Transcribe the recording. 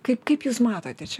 kaip kaip jūs matote čia